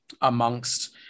amongst